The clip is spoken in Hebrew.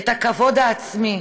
את הכבוד עצמי,